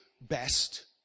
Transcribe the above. best